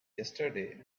yesterday